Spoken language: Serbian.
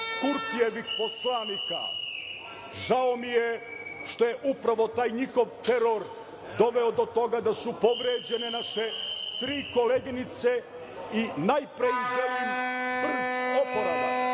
Kurtijevih poslanika. Žao mi je što je upravo taj njihov teror doveo do toga da su povređene naše tri koleginice i najpre im želim brz oporavak. Dame